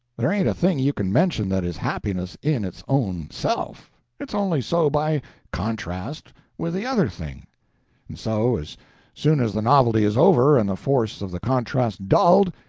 there ain't a thing you can mention that is happiness in its own self it's only so by contrast with the other thing. and so, as soon as the novelty is over and the force of the contrast dulled,